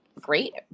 great